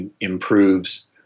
improves